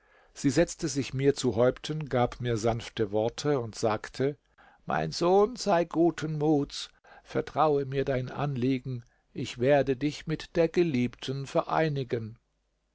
sie setzte sich mir zu häupten gab mir sanfte worte und sagte mein sohn sei guten muts vertraue mir dein anliegen ich werde dich mit der geliebten vereinigen